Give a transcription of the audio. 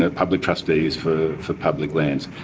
ah public trustees for for public lands.